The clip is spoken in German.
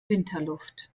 winterluft